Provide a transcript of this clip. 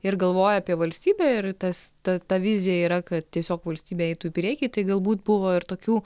ir galvoji apie valstybę ir tas ta ta vizija yra kad tiesiog valstybė eitų į priekį tai galbūt buvo ir tokių